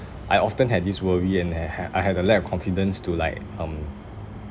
I often had this worry and I had I had a lack of confidence to like um